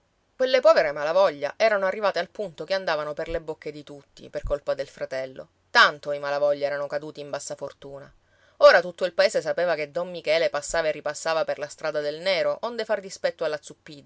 quelle povere malavoglia erano arrivate al punto che andavano per le bocche di tutti per colpa del fratello tanto i malavoglia erano caduti in bassa fortuna ora tutto il paese sapeva che don michele passava e ripassava per la strada del nero onde far dispetto alla